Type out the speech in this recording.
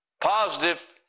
Positive